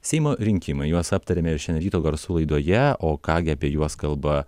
seimo rinkimai juos aptariame ir šiandien ryto garsų laidoje o ką gi apie juos kalba